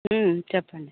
చెప్పండి